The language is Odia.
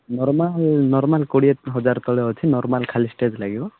ନର୍ମାଲ୍ ନର୍ମାଲ୍ କୋଡ଼ିଏ ହଜାର ତଳେ ଅଛି ନର୍ମାଲ୍ ଖାଲି ଷ୍ଟେଜ୍ ଲାଗିବ